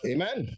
Amen